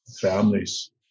families